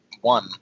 one